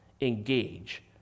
engage